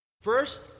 first